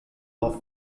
off